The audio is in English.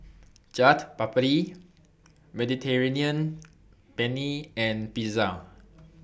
Chaat Papri Mediterranean Penne and Pizza